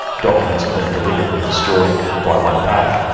documents have been deliberately destroyed by one party,